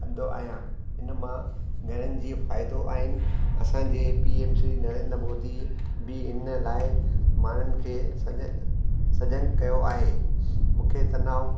कंदो आहियां इन मां घणनि जीअं फ़ाइदो आहिनि असांजे पी एम श्री नरेंद्र मोदी बि आहिनि लाइ माण्हुनि खे सज सजन कयो आहे मूंखे तनाव